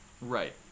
Right